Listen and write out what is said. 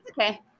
Okay